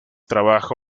trabaja